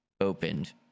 opened